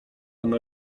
pan